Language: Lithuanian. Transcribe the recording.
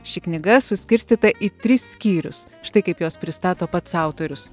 ši knyga suskirstyta į tris skyrius štai kaip juos pristato pats autorius